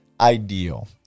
ideal